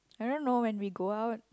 I don't know when we go out